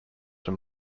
from